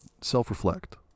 self-reflect